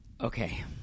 Okay